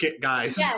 guys